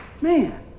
man